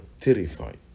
terrified